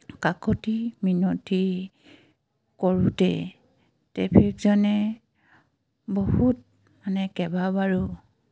কাকূতি মিনতি কৰোঁতে ট্ৰেফিকজনে বহুত মানে কেবাবাৰো